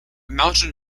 mountain